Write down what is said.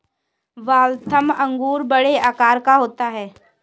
Waltham अंगूर बड़े आकार का होता है